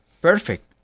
perfect